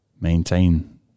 maintain